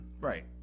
right